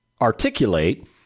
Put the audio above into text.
articulate